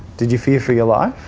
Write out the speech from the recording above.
did you fear for your life?